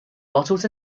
bottles